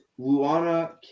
Luana